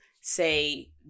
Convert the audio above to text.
say